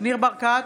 ניר ברקת,